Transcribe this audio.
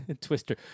Twister